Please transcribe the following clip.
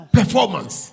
performance